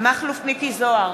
מכלוף מיקי זוהר,